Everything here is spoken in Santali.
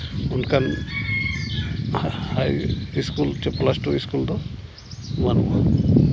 ᱚᱱᱠᱟᱱ ᱦᱟᱭ ᱥᱠᱩᱞ ᱪᱮ ᱯᱞᱟᱥ ᱴᱩ ᱥᱠᱩᱞ ᱫᱚ ᱵᱟᱹᱱᱩᱜᱼᱟᱱ